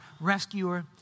rescuer